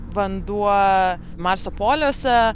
vanduo marso poliuose